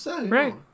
Right